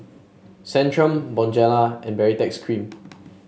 Centrum Bonjela and Baritex Cream